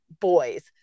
boys